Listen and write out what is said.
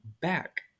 back